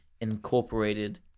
incorporated